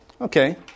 Okay